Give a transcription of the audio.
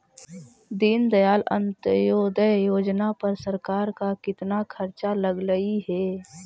दीनदयाल अंत्योदय योजना पर सरकार का कितना खर्चा लगलई हे